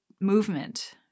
movement